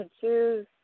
choose